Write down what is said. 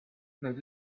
nad